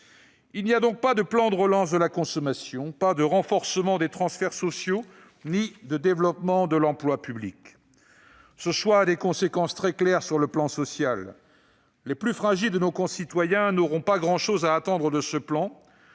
il n'y a donc pas de plan de relance de la consommation, pas de renforcement des transferts sociaux ni de développement de l'emploi public ». Ce choix a des conséquences très claires d'un point de vue social : les plus fragiles de nos concitoyens n'ont pas grand-chose à attendre de ce plan.